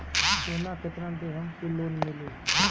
सोना कितना देहम की लोन मिली?